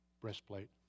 breastplate